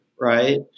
right